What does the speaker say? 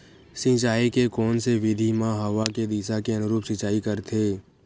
सिंचाई के कोन से विधि म हवा के दिशा के अनुरूप सिंचाई करथे?